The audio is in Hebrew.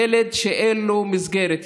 ילד שאין לו מסגרת,